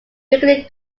weekly